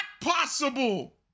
possible